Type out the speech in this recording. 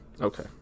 Okay